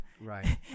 Right